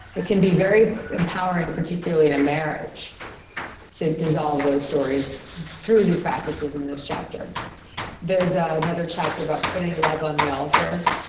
it can be very empowering particularly in a marriage to dissolve those stories through the practices in this chapter there is ah another chapter about putting love on the altar,